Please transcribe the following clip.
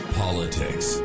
politics